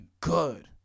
good